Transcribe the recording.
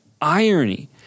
irony